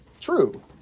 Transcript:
True